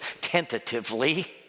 tentatively